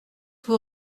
vous